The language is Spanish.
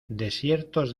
desiertos